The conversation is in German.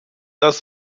das